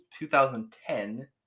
2010